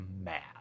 mad